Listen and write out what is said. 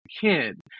kid